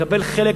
לקבל חלק,